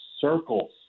circles